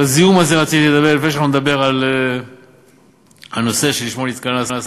על הזיהום הזה רציתי לדבר לפני שאנחנו נדבר על הנושא שלשמו נתכנסנו.